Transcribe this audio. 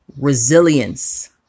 resilience